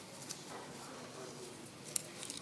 אדוני יושב-ראש